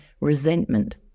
resentment